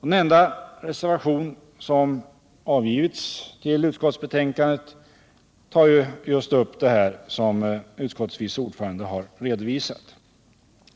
Den enda reservation som avgivits till utskottsbetänkandet tar upp just det som utskottets vice ordförande har redovisat.